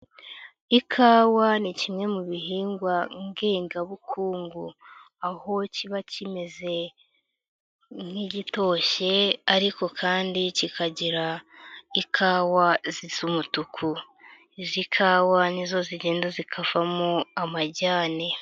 Ikawa ni kimwe mu bihingwa ngengabukungu aho kiba kimeze nk'igitoshye ariko kandi kikagira ikawa zzisa umutuku, izi kawa ni zo zigenda zikavamo amajyane.